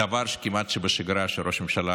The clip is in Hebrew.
זה דבר כמעט שבשגרה, שראש הממשלה